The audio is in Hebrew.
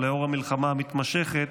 ולנוכח המלחמה המתמשכת,